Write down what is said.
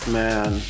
man